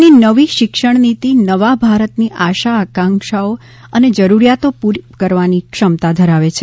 દેશની નવી શિક્ષણ નીતી નવા ભારતની આશા આકાંક્ષાઓ અને જરૂરીયાતો પરીપુર્ણ કરવાની ક્ષમતા ધરાવે છે